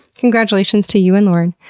congratulations to you and loren!